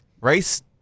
Race